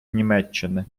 німеччини